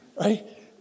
Right